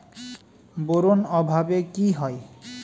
Boron অভাবে কি হয়?